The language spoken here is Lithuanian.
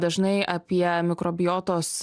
dažnai apie mikrobiotos